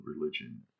religion